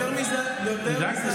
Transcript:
יותר מזה אני אגיד,